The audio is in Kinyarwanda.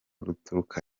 ruturuka